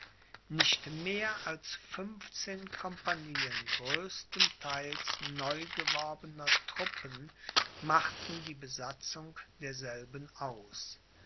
nicht mehr als fünfzehn compagnien größtenteils neugeworbener truppen machten die besatzung derselben aus